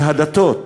שהדתות,